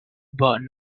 but